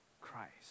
Christ